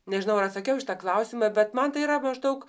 nežinau ar atsakiau į šitą klausimą bet man tai yra maždaug